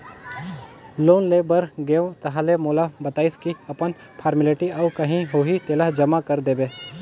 loan ले बर गेंव ताहले मोला बताइस की अपन फारमेलटी अउ काही होही तेला जमा कर देबे